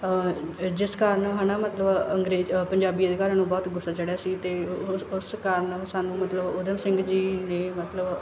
ਅ ਜਿਸ ਕਾਰਨ ਹਨਾ ਮਤਲਬ ਅੰਗਰੇਜ਼ ਪੰਜਾਬੀ ਅਧਿਕਾਰਾਂ ਨੂੰ ਬਹੁਤ ਗੁੱਸਾ ਚੜਿਆ ਸੀ ਅਤੇ ਉਸ ਉਸ ਕਾਰਨ ਉਹ ਸਾਨੂੰ ਮਤਲਬ ਊਧਮ ਸਿੰਘ ਜੀ ਨੇ ਮਤਲਬ